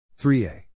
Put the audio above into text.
3a